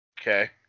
Okay